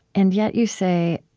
and yet, you say,